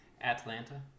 Atlanta